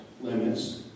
limits